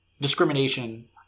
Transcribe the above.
discrimination